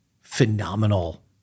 phenomenal